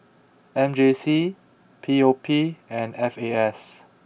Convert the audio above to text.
M J C P O P and F A S